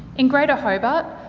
in greater hobart,